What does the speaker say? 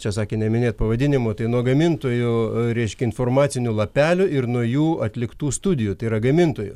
čia sakė neminėt pavadinimo tai nuo gamintojų reiškia informacinių lapelių ir nuo jų atliktų studijų tai yra gamintojų